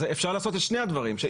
אפשר לעשות את שני הדברים.